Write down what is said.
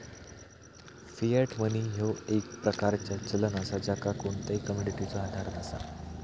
Fiat money ह्यो एक प्रकारचा चलन असा ज्याका कोणताही कमोडिटीचो आधार नसा